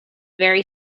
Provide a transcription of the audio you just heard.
very